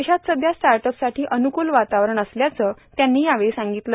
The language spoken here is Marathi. देशात सध्या स्टार्टअपसाठी अनुकुल वातावरण असल्याचा त्यांनी यावेळी सांगितलं